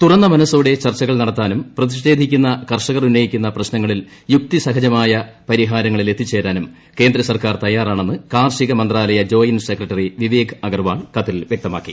തുറന്ന മനസ്സോടെ ചർച്ചകൾ നടത്താനും പ്രതിഷേധിക്കുന്ന കർഷകർ ഉന്നയിക്കുന്ന യുക്തിസഹജമായ പരിഹാരങ്ങളിൽ പ്രശ്നങ്ങളിൽ എത്തിചേരാനും കേന്ദ്ര സർക്കാർ തയാറാണെന്ന് കാർഷിക മന്ത്രാലയ ജോയിന്റ് സെക്രട്ടറി വിവേക് അഗർവാൾ കത്തിൽ വ്യക്തമാക്കി